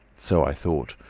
so i thought.